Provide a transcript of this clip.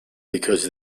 because